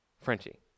Frenchie